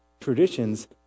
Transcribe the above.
Traditions